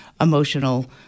emotional